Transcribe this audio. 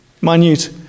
minute